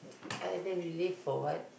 ah then we live for what